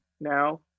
now